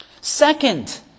Second